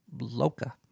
loca